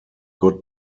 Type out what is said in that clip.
got